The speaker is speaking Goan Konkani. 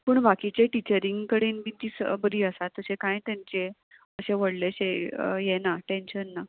पूण बाकीचे टिचरींग कडेन बी बरी आसा तशें कांय तेंचे अशें व्हडलेशें हें ना टेंशन ना